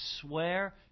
swear